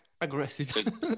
Aggressive